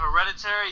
Hereditary